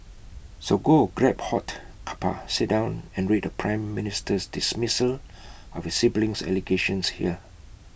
so go A grab hot cuppa sit down and read the prime Minister's dismissal of his siblings allegations here